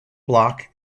block